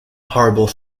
horrible